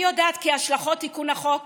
אני יודעת כי השלכות תיקון החוק